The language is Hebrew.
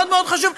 מאוד מאוד חשוב.